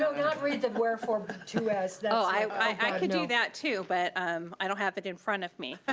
so not read the word form too, as oh, i could do that, too, but um i don't have it in front of me. ah